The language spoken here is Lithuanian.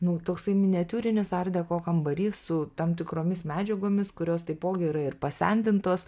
nu toksai miniatiūrinis artdeco kambarys su tam tikromis medžiagomis kurios taipogi yra ir pasendintos